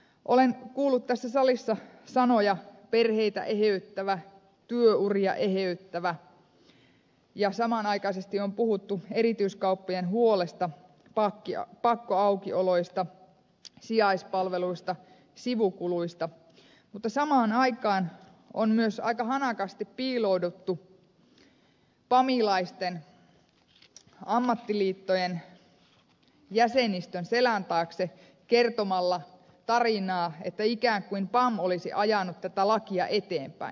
olen kuullut tässä salissa sanoja perheitä eheyttävä työuria eheyttävä ja samanaikaisesti on puhuttu erityiskauppojen huolesta pakkoaukioloista sijaispalveluista sivukuluista mutta samaan aikaan on myös aika hanakasti piilouduttu pamilaisten ammattiliittojen jäsenistön selän taakse kertomalla tarinaa että ikään kuin pam olisi ajanut tätä lakia eteenpäin